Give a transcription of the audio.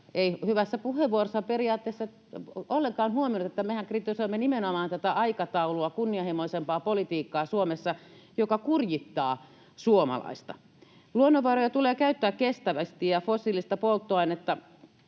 hyvässä puheenvuorossaan periaatteessa ollenkaan huomioinut, että mehän kritisoimme nimenomaan tätä aikataulua, kunnianhimoisempaa politiikkaa Suomessa, joka kurittaa suomalaista. Luonnonvaroja tulee käyttää kestävästi, ja fossiilisesta polttoaineesta